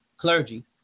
clergy